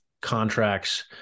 contracts